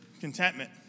contentment